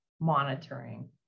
monitoring